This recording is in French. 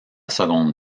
seconde